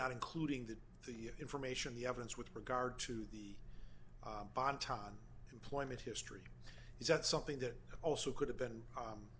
not including that the information the evidence with regard to the bon ton employment history is that something that also could have been